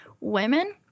women